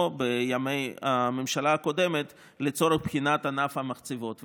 בימי הממשלה הקודמת לצורך בחינת ענף המחצבות.